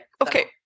Okay